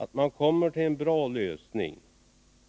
Att man kommer fram till en bra lösning